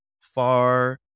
far